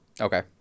Okay